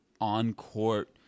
on-court